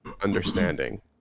understanding